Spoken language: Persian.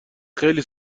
خیلی